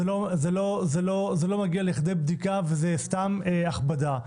זה לא מגיע לכדי בדיקה וזה סתם הכבדה.